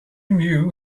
knew